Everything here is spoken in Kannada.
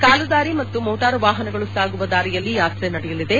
ಕಾಲುದಾರಿ ಮತ್ತು ಮೋಟಾರು ವಾಹನಗಳು ಸಾಗುವ ದಾರಿಯಲ್ಲಿ ಯಾತ್ರೆ ನಡೆಯಲಿದೆ